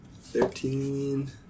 Thirteen